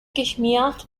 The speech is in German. geschmiert